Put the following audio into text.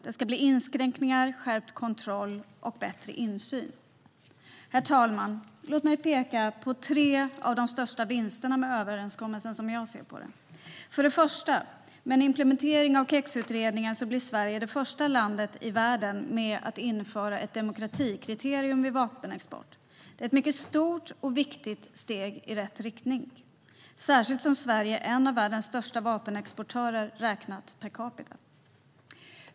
Det ska bli inskränkningar, skärpt kontroll och bättre insyn. Herr talman! Låt mig peka på tre av de största vinsterna med överenskommelsen, som jag ser på det. För det första: Med en implementering av KEX-utredningen blir Sverige det första landet i världen med att införa ett demokratikriterium vid vapenexport. Detta är ett mycket stort och viktigt steg i rätt riktning, särskilt som Sverige är en av världens största vapenexportörer räknat per capita.